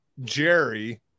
Jerry